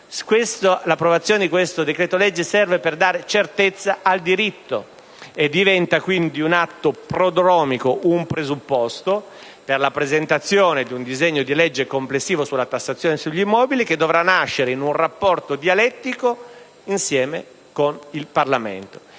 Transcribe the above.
l'approvazione di questo decreto‑legge serve per dare certezza al diritto e diventa quindi un atto prodromico, un presupposto per la presentazione di un disegno di legge complessivo sulla tassazione sugli immobili che dovrà nascere in un rapporto dialettico con il Parlamento,